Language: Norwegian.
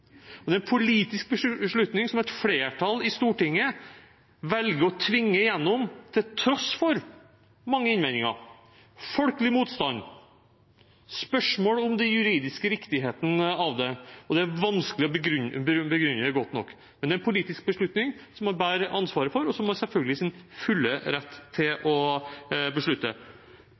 Det er en politisk beslutning som et flertall i Stortinget velger å tvinge gjennom, til tross for mange innvendinger, folkelig motstand, spørsmål om den juridiske riktigheten av det, og at det er vanskelig å begrunne det godt nok. Men det er en politisk beslutning som man bærer ansvaret for, og som man selvfølgelig er i sin fulle rett til å